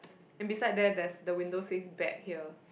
and beside there there's the windows face back here